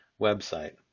website